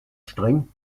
streng